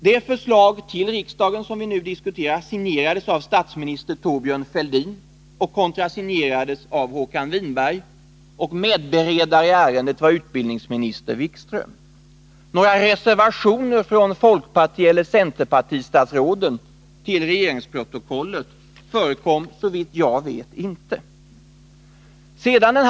Det förslag till riksdagen som vi nu diskuterar har signerats av statsminister Thorbjörn Fälldin och kontrasignerats av Håkan Winberg. Medberedare i ärendet har varit utbildningsministern Jan-Erik Wikström. Några reservationer från folkpartieller centerpartistatsråden till regeringsprotokollet har såvitt jag vet inte förekommit.